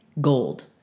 gold